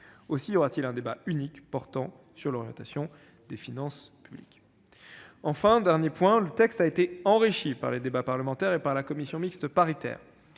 Ainsi y aura-t-il un débat unique portant sur l'orientation des finances publiques. Enfin, cette proposition de loi organique a été enrichie par les débats parlementaires et la commission mixte paritaire.